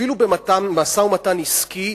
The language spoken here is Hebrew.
אפילו במשא-ומתן עסקי,